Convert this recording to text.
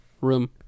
room